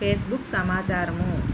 Facebook సమాచారము